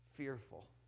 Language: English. fearful